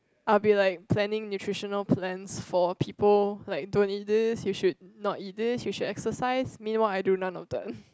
I'll be planning nutritional plans for people like don't eat this you should not eat this you should exercise meanwhile I do none of that